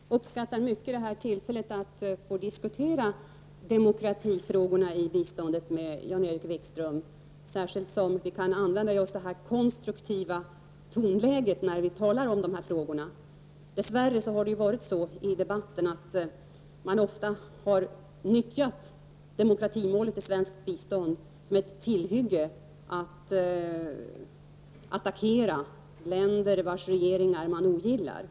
Herr talman! Jag uppskattar mycket detta tillfälle att med Jan-Erik Wikström få diskutera demokratifrågorna i biståndet, särskilt som vi kan använda det här konstruktiva tonläget. Dess värre har det ju ofta varit så att man i debatten nyttjat demokratimålet i svenskt bistånd som ett tillhygge för att attackera länder vilkas regering man ogillar.